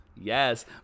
Yes